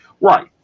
Right